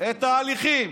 את ההליכים.